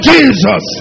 Jesus